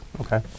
Okay